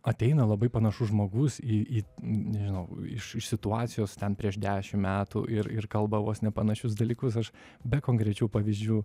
ateina labai panašus žmogus į nežinau iš iš situacijos ten prieš dešim metų ir ir kalba vos ne panašius dalykus aš be konkrečių pavyzdžių